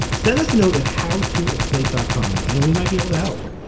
send us a note at how to at slate dot com and we might be able to help.